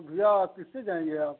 तो भैया किससे जाएंगे आप